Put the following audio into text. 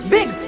Big